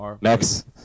Next